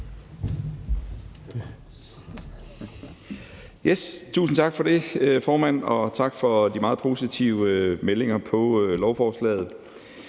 Tusind tak for det, formand, og tak for de meget positive meldinger om lovforslaget.